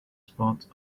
spot